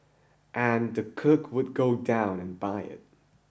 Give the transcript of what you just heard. and the cook would go down and buy it